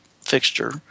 fixture